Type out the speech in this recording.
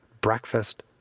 Breakfast